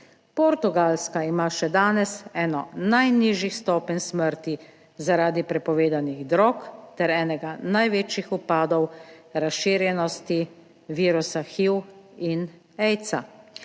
Portugalska ima še danes eno najnižjih stopenj smrti zaradi prepovedanih drog ter enega največjih upadov razširjenosti virusa HIV in aidsa.